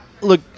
Look